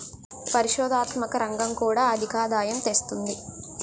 పరిశోధనాత్మక రంగం కూడా అధికాదాయం తెస్తుంది